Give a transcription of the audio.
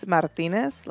Martinez